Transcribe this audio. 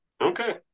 Okay